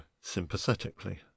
sympathetically